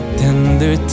tender